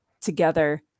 together